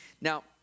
Now